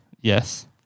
Yes